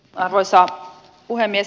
arvoisa puhemies